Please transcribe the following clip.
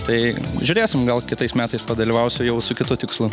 tai žiūrėsim gal kitais metais padalyvausiu jau su kitu tikslu